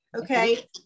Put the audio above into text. okay